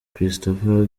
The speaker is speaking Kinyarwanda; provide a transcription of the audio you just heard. christopher